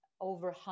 over